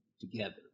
together